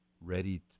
ready